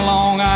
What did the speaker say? Long